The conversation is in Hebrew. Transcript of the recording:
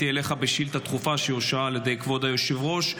אליך בשאילתה דחופה שאושרה על ידי כבוד היושב-ראש.